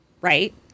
right